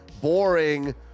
boring